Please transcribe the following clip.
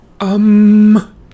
Um